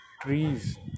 trees